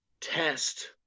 test